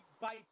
bites